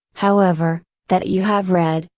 however, that you have read,